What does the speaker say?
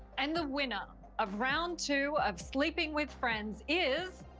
and the winner of round two of sleeping with friends is.